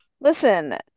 Listen